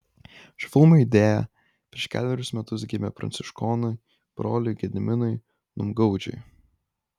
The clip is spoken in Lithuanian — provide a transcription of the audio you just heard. šio filmo idėja prieš kelerius metus gimė pranciškonui broliui gediminui numgaudžiui